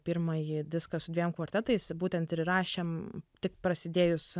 pirmąjį diską su dviem kvartetais būtent ir įrašėm tik prasidėjus